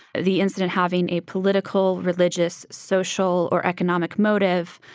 the incident having a political, religious, social or economic motive,